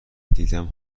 دیدم